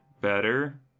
better